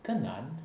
更难